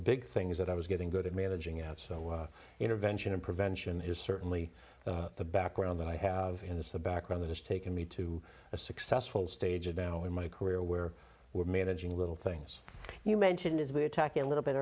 big things that i was getting good at managing out so intervention and prevention is certainly the background that i have in this a background that has taken me to a successful stage when my career where we're managing little things you mention is we're talking a little bit